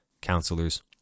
counselors